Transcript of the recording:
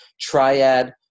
triad